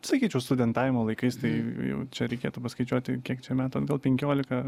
sakyčiau studentavimo laikais tai jau čia reikėtų paskaičiuoti kiek čia metų atgal penkiolika